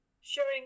showing